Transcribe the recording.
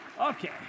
Okay